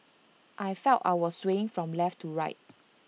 I felt I was swaying from left to right